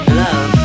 love